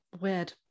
weird